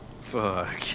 fuck